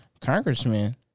Congressman